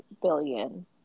billion